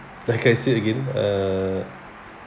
like I say again err